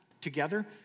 together